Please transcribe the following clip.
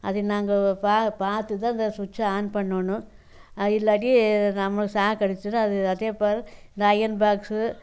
அதை நாங்கள் பா பார்த்து தான் அந்த சுச்ச ஆன் பண்ணிணோனும் அது இல்லாட்டி நம்மளுக் சாக் அடிச்சிடும் அது அதே போல் இந்த ஐயன் பாக்ஸு